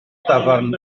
dafarn